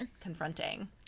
confronting